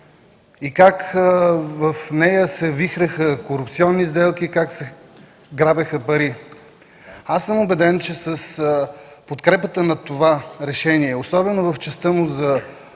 и как в нея се вихреха корупционни сделки, как се грабеха пари. Убеден съм, че с подкрепата на това решение, особено в частта му за